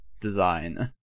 design